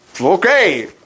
Okay